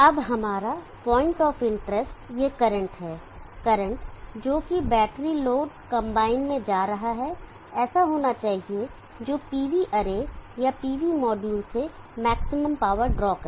अब हमारा point of interest यह करंट है करंट जो की बैटरी लोड कंबाइन में जा रहा है ऐसा होना चाहिए जो PV अरे या PV मॉड्यूल से मैक्सिमम पावर ड्रॉ करें